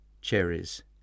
cherries